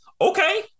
Okay